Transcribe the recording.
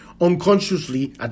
unconsciously